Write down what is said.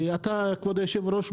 כבוד היושב-ראש,